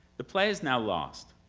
the play is now lost,